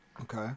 Okay